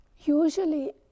usually